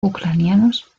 ucranianos